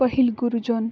ᱯᱟᱹᱦᱤᱞ ᱜᱩᱨᱩᱡᱚᱱ